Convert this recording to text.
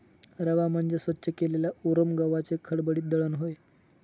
रवा म्हणजे स्वच्छ केलेल्या उरम गव्हाचे खडबडीत दळण होय